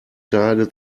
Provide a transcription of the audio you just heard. tage